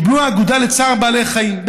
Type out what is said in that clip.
קיבלו האגודה לצער בעלי חיים,